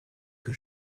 que